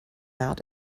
out